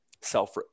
self